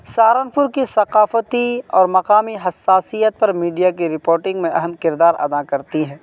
سہارنپور کی ثقافتی اور مقامی حساسیت پر میڈیا کی رپوٹنگ میں اہم کردار ادا کرتی ہے